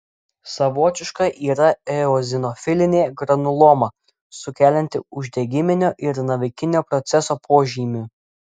savotiška yra eozinofilinė granuloma sukelianti uždegiminio ir navikinio proceso požymių